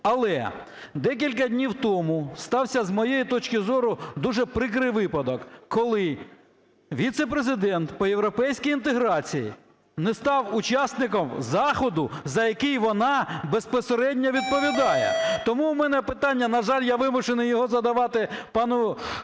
Але декілька днів тому стався, з моєї точки зору, дуже прикрий випадок, коли віце-президент по європейській інтеграції не став учасником заходу, за який вона безпосередньо відповідає. Тому в мене питання, на жаль, я вимушений його задавати пану Зубко,